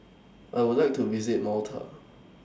I Would like to visit Malta